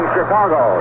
Chicago